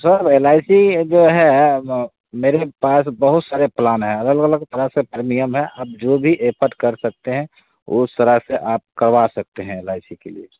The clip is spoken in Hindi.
सर एल आई सी ये जो है मेरे पास बहुत सारे प्लान हैं अलग अलग तरह से प्रीमियम है आप जो भी एफट कर सकते हैं उस तरह से आप करवा सकते हैं एल आई सी के लिए